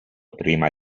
prima